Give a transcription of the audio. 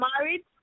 married